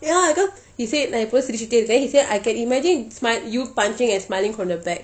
ya cause he said like எப்போ சிரிச்சிக்கிட்டே இருக்கே:eppo sirichikittei irukkai then he say I can imagine smile you punching and smiling from the back